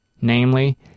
namely